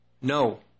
No